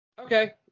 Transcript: Okay